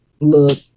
look